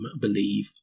believe